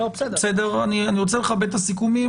אני רוצה לכבד את הסיכומים,